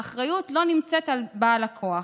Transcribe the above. האחריות לא נמצאת אצל בעל הכוח.